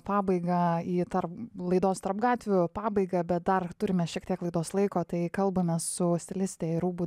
pabaigą į tarp laidos tarp gatvių pabaigą bet dar turime šiek tiek laidos laiko tai kalbame su stiliste ir rūbų